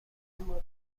دوستون